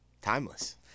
timeless